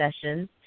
sessions